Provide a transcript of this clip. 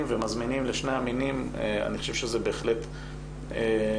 ומזמינים לשני המינים אני חושב שזה בהחלט מבורך.